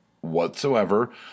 whatsoever